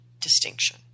distinction